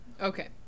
Okay